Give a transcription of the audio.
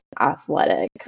athletic